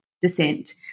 descent